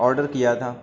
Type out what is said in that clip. order کیا تھا